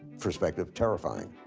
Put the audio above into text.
perspective terrifying.